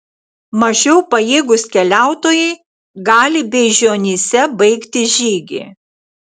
mažiau pajėgūs keliautojai gali beižionyse baigti žygį